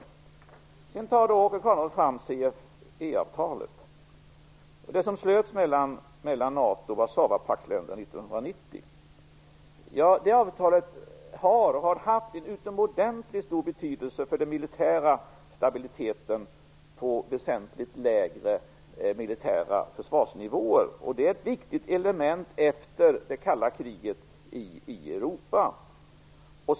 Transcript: Åke Carnerö tar upp CFE-avtalet, som slöts mellan NATO och Warszawapaktsländerna 1990. Det avtalet har haft utomordentligt stor betydelse för den militära stabiliteten på väsentligt lägre militära försvarsnivåer. Det är ett viktigt element efter det kalla kriget i Europa.